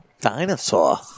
dinosaur